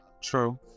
true